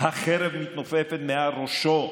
החרב מתנופפת מעל ראשו